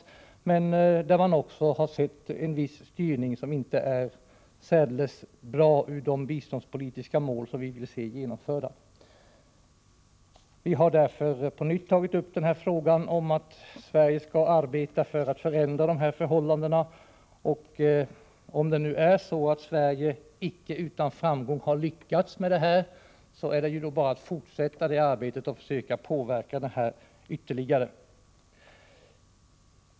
Också där har man sett en viss styrning som inte är särdeles gynnsam för de biståndspolitiska mål som vi vill se uppnådda. Vi har därför på nytt tagit upp frågan om att Sverige skall arbeta för att förändra förhållandena. Om nu Sverige icke utan framgång har kunnat påverka situationen, är det ju bara att fortsätta det arbetet och försöka påverka den ytterligare.